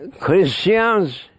Christians